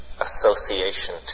association